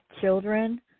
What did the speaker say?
children